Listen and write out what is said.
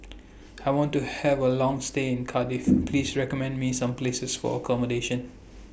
I want to Have A Long stay in Cardiff Please recommend Me Some Places For accommodation